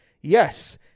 Yes